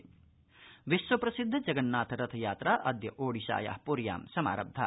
जगन्नाथरथ यात्रा विश्व प्रसिद्ध जगन्नाथ रथ यात्रा अद्य ओडिशाया पूर्यां समारब्धा